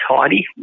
tidy